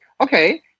okay